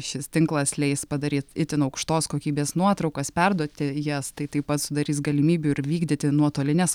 šis tinklas leis padaryt itin aukštos kokybės nuotraukas perduoti jas tai taip pat sudarys galimybių ir vykdyti nuotolines